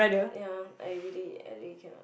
ya I really I really cannot